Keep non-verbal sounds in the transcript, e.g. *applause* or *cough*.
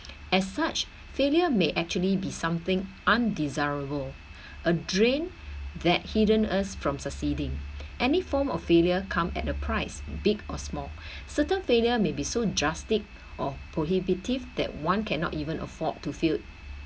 as such failure may actually be something undesirable a drain that hidden us from succeeding any form of failure come at a price big or small *breath* certain failure may be so drastic or prohibitive that one cannot even afford to fail